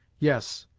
yes,